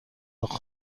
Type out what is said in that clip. اتاق